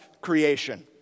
creation